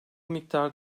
miktar